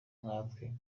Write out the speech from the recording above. nkatwe